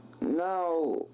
now